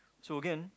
so again